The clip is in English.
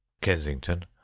kensington